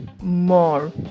more